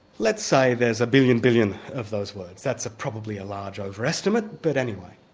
let's say there's a billion billion of those words, that's ah probably a large overestimate, but anyway.